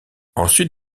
ensuite